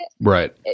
right